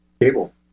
cable